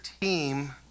team